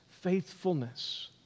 faithfulness